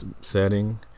setting